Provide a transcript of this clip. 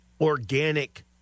organic